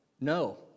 No